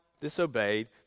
disobeyed